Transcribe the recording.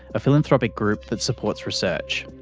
a philanthropic group that supports research.